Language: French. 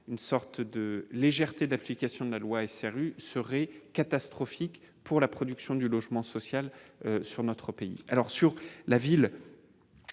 une forme de légèreté d'application de la loi SRU serait catastrophique pour la production de logement social dans notre pays.